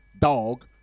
dog